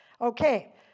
Okay